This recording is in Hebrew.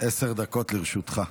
עשר דקות לרשותך.